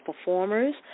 performers